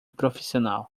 profissional